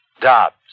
Dobbs